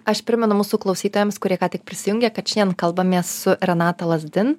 aš primenu mūsų klausytojams kurie ką tik prisijungė kad šiandien kalbamės su renata lazdin